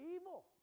evil